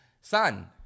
Son